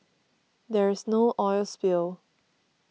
there is no oil spill